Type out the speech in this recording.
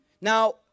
Now